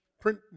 print